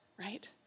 right